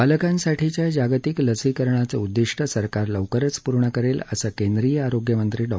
बालकांसाठीच्या जागतिक लसीकरणाचं उद्दिष्ट सरकार लवकरच पूर्ण करेल असं केंद्रीय आरोग्यमंत्री डॉ